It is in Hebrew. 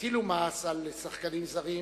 יטילו מס על שחקנים זרים,